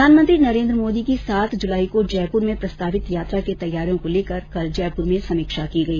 प्रधानमंत्री नरेन्द्र मोदी की सात जुलाई को जयपुर में प्रस्तावित यात्रा की तैयारियों को लेकर कल जयपुर में समीक्षा की गई